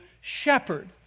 shepherd